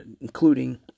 including